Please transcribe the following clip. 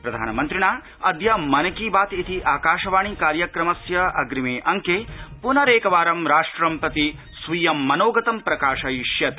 प्रधानमन्त्रिणा श्रीमोदिना अद्य मन की बात इति आकाशवाणी कार्यक्रमस्य अग्रिमे अंके पुनरेकवारं राष्ट्रं प्रति स्वीयं मनोगतं प्रकाशयिष्यते